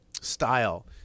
style